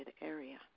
area